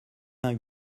vingt